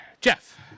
Jeff